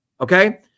Okay